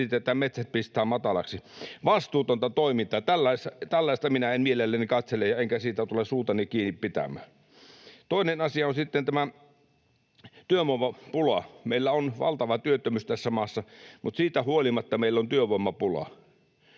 nyt metsät pistää matalaksi. Vastuutonta toimintaa. Tällaista minä en mielelläni katsele enkä siitä tule suutani kiinni pitämään. Toinen asia on sitten tämä työvoimapula. Meillä on valtava työttömyys tässä maassa, mutta siitä huolimatta meillä on työvoimapula.